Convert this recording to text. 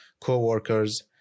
co-workers